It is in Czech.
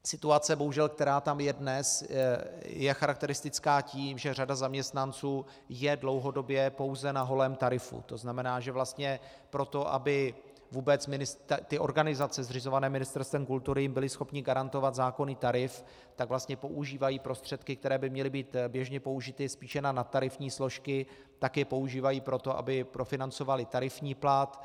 Situace bohužel, která tam je dnes, je charakteristická tím, že řada zaměstnanců je dlouhodobě pouze na holém tarifu, tzn., že vlastně pro to, aby vůbec organizace, zřizované Ministerstvem kultury byly schopné garantovat zákonný tarif, používají vlastně prostředky, které by měly být běžně použity spíše na nadtarifní složky, tak je požívají pro to, aby profinancovaly tarifní plat.